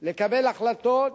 לקבל החלטות